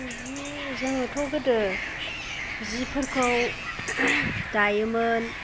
जोङोथ' गोदो जिफोरखौ दायोमोन